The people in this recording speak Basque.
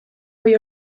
goi